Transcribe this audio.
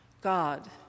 God